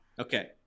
Okay